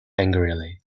angrily